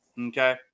okay